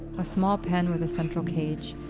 a small pen with a central cage,